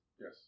Yes